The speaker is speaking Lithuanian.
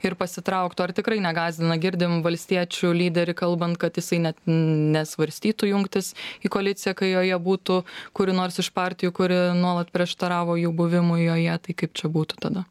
ir pasitrauktų ar tikrai negąsdina girdim valstiečių lyderį kalbant kad jisai net nesvarstytų jungtis į koaliciją kai joje būtų kuri nors iš partijų kuri nuolat prieštaravo jų buvimui joje tai kaip čia būtų tada